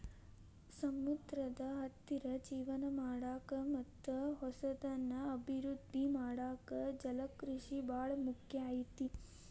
ಸಮುದ್ರದ ಹತ್ತಿರ ಜೇವನ ಮಾಡಾಕ ಮತ್ತ್ ಹೊಸದನ್ನ ಅಭಿವೃದ್ದಿ ಮಾಡಾಕ ಜಲಕೃಷಿ ಬಾಳ ಮುಖ್ಯ ಐತಿ